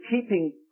keeping